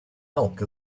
milk